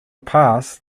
past